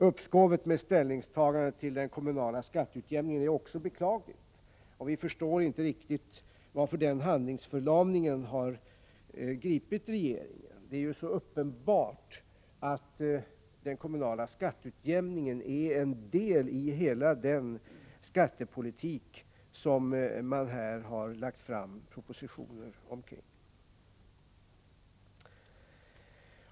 Uppskovet med ställningstagandet till frågan om den kommunala skatteutjämningen är också beklagligt. Vi förstår inte riktigt varför regeringen på denna punkt har gripits av handlingsförlamning. Det är ju så uppenbart att den kommunala skatteutjämningen är en del i hela den skattepolitik som regeringen nu har lagt fram propositioner om.